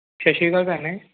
ਸਤਿ ਸ਼੍ਰੀ ਅਕਾਲ ਭੈਣੇ